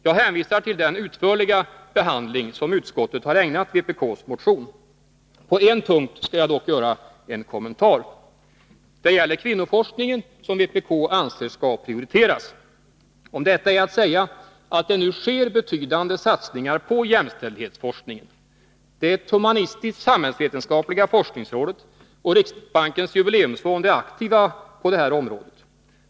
Jag hänvisar till den utförliga behandling som utskottet har ägnat vpk:s motion. En punkt skall jag dock kommentera. Det gäller kvinnoforskningen, som vpk anser skall prioriteras. Om detta är att säga att det nu sker betydande satsningar på jämställdhetsforskningen. Det humanistisk-samhällsvetenskapliga forskningsrådet, HSFR, och riksbankens jubileumsfond är aktiva på detta område.